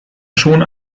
schon